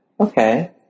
Okay